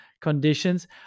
conditions